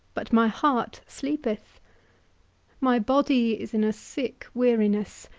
but my heart sleepeth my body is in a sick weariness,